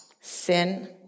sin